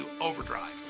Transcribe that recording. overdrive